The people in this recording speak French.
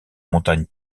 montagne